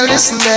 Listen